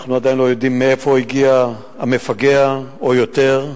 אנחנו עדיין לא יודעים מאיפה הגיע המפגע, או יותר,